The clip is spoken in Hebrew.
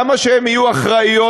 למה שהן תהיינה אחראיות?